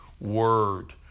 word